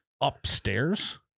upstairs